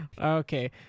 Okay